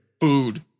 Food